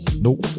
Nope